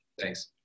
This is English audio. Thanks